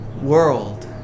world